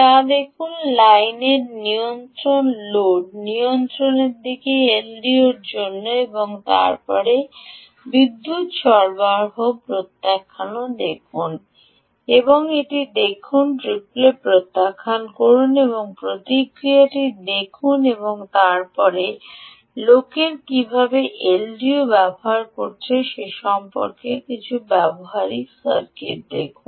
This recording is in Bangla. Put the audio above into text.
তা দেখুন লাইনের নিয়ন্ত্রণ লোড নিয়ন্ত্রণের দিকে এলডিওর জন্য এবং তারপরে বিদ্যুত সরবরাহ সরবরাহ প্রত্যাখ্যানও দেখুন এবং এটি দেখুন রিপ্লে প্রত্যাখ্যান করুন এবং প্রতিক্রিয়াটি দেখুন এবং তারপরে লোকেরা কীভাবে এলডিও ব্যবহার করেছে সে সম্পর্কে কিছু ব্যবহারিক সার্কিট দেখুন